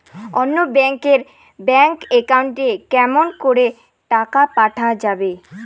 অন্য ব্যাংক এর bank account এ কেমন করে টাকা পাঠা যাবে?